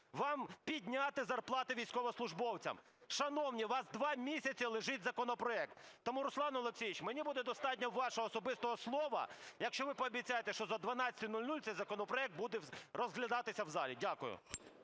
вам підняти зарплати військовослужбовцям. Шановні, у вас два місяці лежить законопроект! Тому, Руслан Олексійович, мені буде достатньо вашого особистого слова, якщо ви пообіцяєте, що до 12:00 цей законопроект буде розглядатися в залі. Дякую.